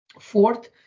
Fourth